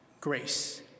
grace